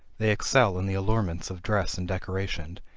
they excel in the allurements of dress and decoration,